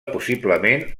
possiblement